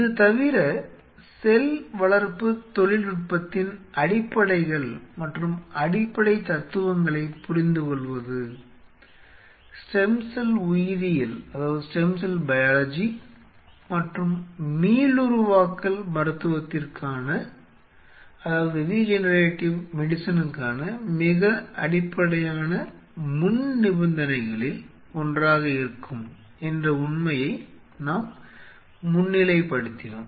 இது தவிர செல் வளர்ப்பு தொழில்நுட்பத்தின் அடிப்படைகள் மற்றும் அடிப்படைத் தத்துவங்களைப் புரிந்துகொள்வது ஸ்டெம் செல் உயிரியல் மற்றும் மீளுருவாக்கல் மருத்துவத்திற்கான மிக அடிப்படையான முன்நிபந்தனைகளில் ஒன்றாக இருக்கும் என்ற உண்மையை நாம் முன்னிலைப்படுத்தினோம்